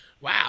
Wow